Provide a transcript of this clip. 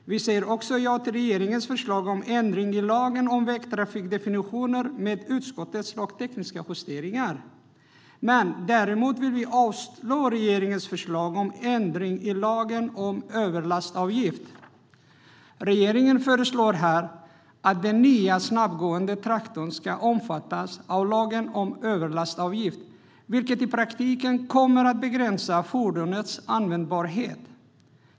Vi säger också ja till regeringens förslag om ändring i lagen om vägtrafikdefinitioner med utskottets lagtekniska justeringar. Däremot yrkar vi avslag på regeringens förslag om ändring i lagen om överlastavgift. Regeringen föreslår här att den nya snabbgående traktorn ska omfattas av lagen om överlastavgift, vilket i praktiken kommer att begränsa fordonets användbarhet.